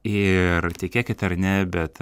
ir tikėkit ar ne bet